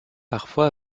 parfois